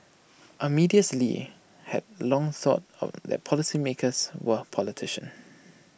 Amadeus lee had long thought that policymakers were politicians